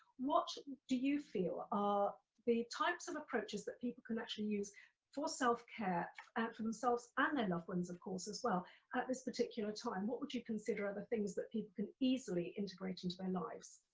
what do you feel are the types of approaches that people can actually use for self-care for themselves and their loved ones of course as well, at this particular time, what would you consider are the things that people can easily integrate into their lives?